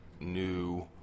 new